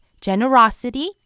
generosity